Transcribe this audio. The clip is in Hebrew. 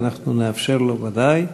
ואנחנו נאפשר לו ודאי.